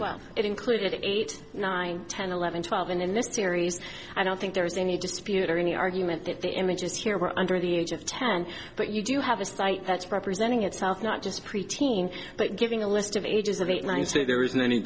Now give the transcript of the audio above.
well it included eight nine ten eleven twelve and in this series i don't think there's any dispute or any argument that the images here were under the age of ten but you do have a site that's representing itself not just a pre teen but giving a list of ages of eight nine say there isn't any